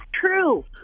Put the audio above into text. true